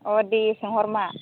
अ' दे सोंहर मा